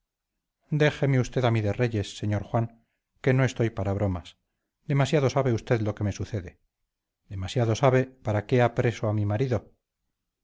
déjeme usted a mí de reyes señor juan que no estoy para bromas demasiado sabe usted lo que me sucede demasiado sabe para qué ha preso a mi marido